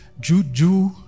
juju